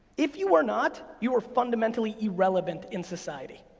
if you are not you are fundamentally irrelevant in society.